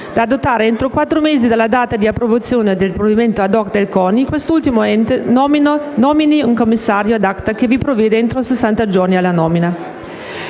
da adottare entro quattro mesi dalla data di approvazione del provvedimento *ad hoc* del CONI, quest'ultimo ente nomini un commissario *ad acta* che provvede entro sessanta giorni alla nomina.